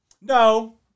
No